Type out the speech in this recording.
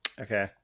Okay